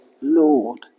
Lord